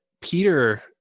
Peter